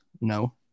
No